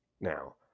Now